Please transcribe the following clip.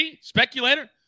Speculator